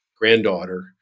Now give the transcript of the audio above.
granddaughter